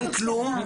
אין כלום?